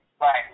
Right